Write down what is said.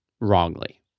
wrongly